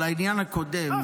על העניין הקודם --- אה,